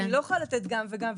אני לא יכולה לתת גם וגם.